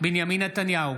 בנימין נתניהו,